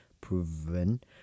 proven